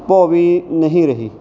ਭੋ ਵੀ ਨਹੀਂ ਰਹੀ